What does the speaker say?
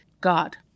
God